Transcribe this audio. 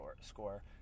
score